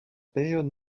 période